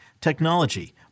technology